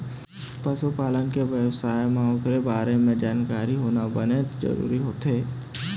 पशु पालन के बेवसाय बर ओखर बारे म जानकारी होना बनेच जरूरी होथे